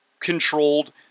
controlled